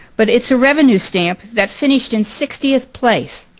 but it's a revenue stamp that finished in sixtieth place.